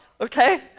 okay